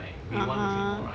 (uh huh)